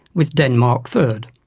with denmark third.